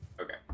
Okay